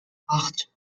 acht